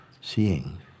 seeing